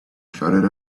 shouted